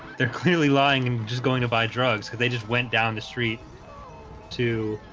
they're clearly lying and just going to buy drugs cuz they just went down the street to